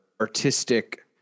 artistic